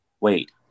Wait